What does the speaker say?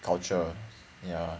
culture ya